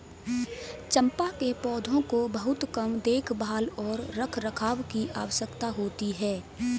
चम्पा के पौधों को बहुत कम देखभाल और रखरखाव की आवश्यकता होती है